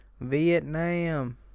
Vietnam